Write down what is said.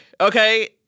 okay